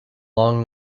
long